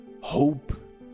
Hope